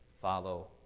follow